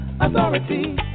Authority